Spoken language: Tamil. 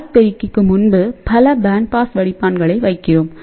எஃப் பெருக்கிக்கு முன்பு பல பேண்ட் பாஸ் வடிப்பானைகளை வைக்கிறோம்